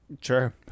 sure